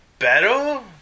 better